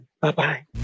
Bye-bye